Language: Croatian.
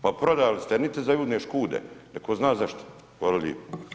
Pa prodali ste niti za Judine škude nego zna zašto, hvala lijepo.